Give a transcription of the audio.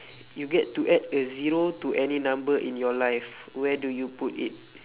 you get to add a zero to any number in your life where do you put it